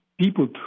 people